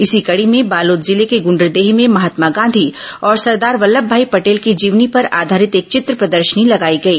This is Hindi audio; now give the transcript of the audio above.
इसी कड़ी में बालोद जिले के गुण्डरदेही में महात्मा गांधी और सरदार वल्लमभाई पटेल की जीवनी पर आधारित एक चित्र प्रदर्शनी लगाई गई